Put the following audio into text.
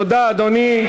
תודה, אדוני.